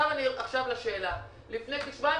לפני כשבועיים,